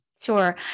Sure